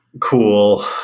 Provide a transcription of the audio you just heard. Cool